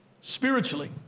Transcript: spiritually